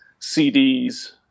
CDs